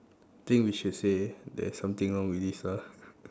think we should say there's something wrong with this ah